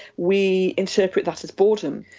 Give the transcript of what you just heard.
we interpret that as boredom.